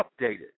updated